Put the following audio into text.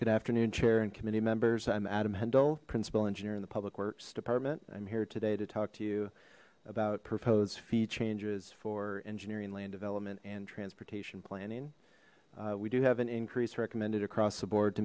good afternoon chair and committee members i'm adam handel principal engineer in the public works department i'm here today to talk to you about proposed fee changes for engineering land development and transportation planning we do have an increase recommended across the board to